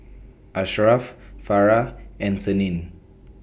Asharaff Farah and Senin